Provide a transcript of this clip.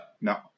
No